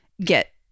get